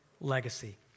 legacy